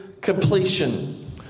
completion